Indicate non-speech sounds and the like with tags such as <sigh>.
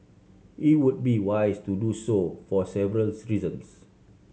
it would be wise to do so for several <unintelligible> reasons